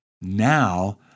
Now